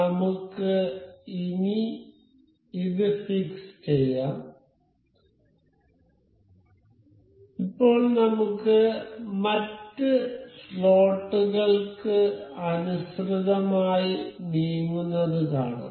നമുക്ക് ഇനി ഇത് ഫിക്സ് ചെയ്യാം ഇപ്പോൾ നമുക്ക് മറ്റ് സ്ലോട്ടുകൾക്ക് അനുസൃതമായി നീങ്ങുന്നത് കാണാം